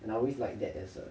and I always like that as a